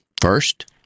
first